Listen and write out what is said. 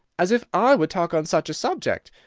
as if i would talk on such a subject!